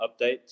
updates